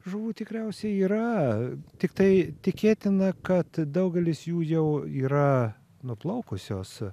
žuvų tikriausiai yra tiktai tikėtina kad daugelis jų jau yra nuplaukusios